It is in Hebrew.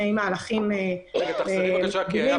חזרי על המספרים